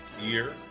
year